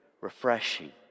refreshing